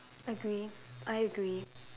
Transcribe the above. agree I agree